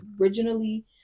originally